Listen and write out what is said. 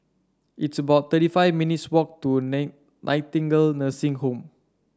it's about thirty five minutes' walk to Nightingale Nursing Home